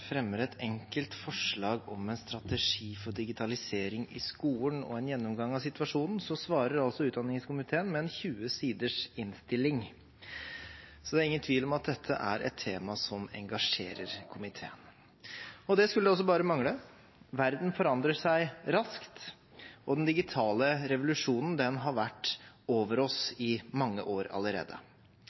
fremmer et enkelt forslag om en strategi for digitalisering i skolen og en gjennomgang av situasjonen, svarer altså utdanningskomiteen med en 20-siders innstilling. Det er ingen tvil om at dette er et tema som engasjerer komiteen. Det skulle også bare mangle. Verden forandrer seg raskt, og den digitale revolusjonen har vært over oss i mange år allerede.